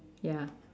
ya